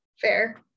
fair